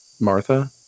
Martha